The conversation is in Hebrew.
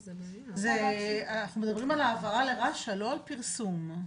אנחנו מדברים על העברה לרש"א, לא על פרסום .